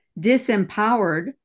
disempowered